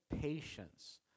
patience